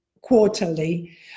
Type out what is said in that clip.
quarterly